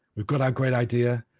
we've got our great idea,